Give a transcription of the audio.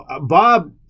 Bob